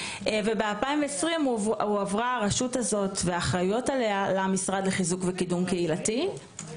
ב-2020 הרשות הזאת והאחריות עליה הועברו למשרד לחיזוק ולקידום קהילתי.